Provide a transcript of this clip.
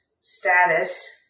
status